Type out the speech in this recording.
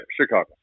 Chicago